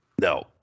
No